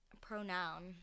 Pronoun